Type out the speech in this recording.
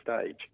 stage